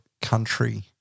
country